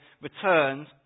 returned